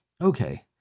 Okay